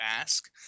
ask